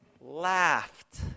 laughed